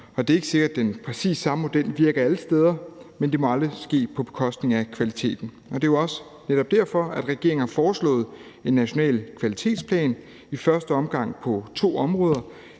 det er ikke sikkert, at den præcis samme model virker alle steder, men det må aldrig ske på bekostning af kvaliteten. Og det er jo også netop derfor, at regeringen har foreslået en national kvalitetsplan, i første omgang på to områder,